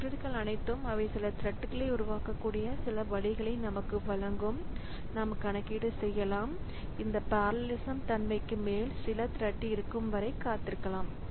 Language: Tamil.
இந்த லைப்ரரிஸ் அனைத்தும் அவை சில த்ரெட்களை உருவாக்கக்கூடிய சில வழிகளை நமக்கு வழங்கும் நாம் கணக்கீடு செய்யலாம் இந்த பரலலிசம் தன்மைக்கு மேல் சில த்ரெட் இருக்கும் வரை காத்திருக்கலாம்